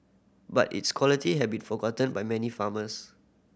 but its quality have been forgotten by many farmers